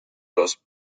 los